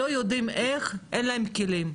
אין להם כלים.